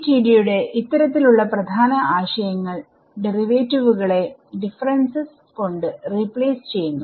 FDTD യുടെ ഇത്തരത്തിൽ ഉള്ള പ്രധാന ആശയങ്ങൾ ഡെറിവേറ്റീവുകളെ ഡിഫറെൻസസ് കൊണ്ട് റീപ്ലേസ് ചെയ്യുന്നു